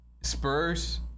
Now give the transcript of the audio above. Spurs